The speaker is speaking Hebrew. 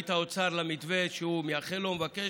את האוצר למתווה שהוא מייחל לו ומבקש,